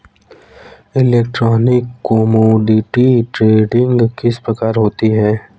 Electronic commodity trading किस प्रकार होती है?